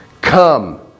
come